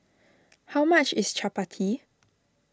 how much is Chapati